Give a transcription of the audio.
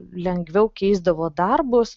lengviau keisdavo darbus